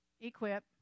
equip